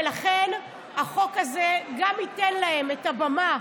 ולכן החוק הזה גם ייתן להם את הבמה